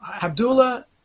Abdullah